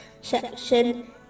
section